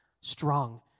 strong